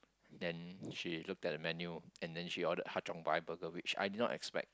then she looked at the menu and then she ordered Ha-Cheong-Gai burger which I did not expect